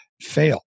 fail